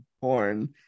porn